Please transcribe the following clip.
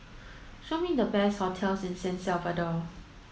show me the best hotels in San Salvador